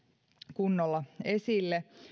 kunnolla esille